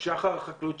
משחר החקלאות,